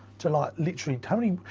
to like, literally tony,